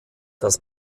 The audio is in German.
das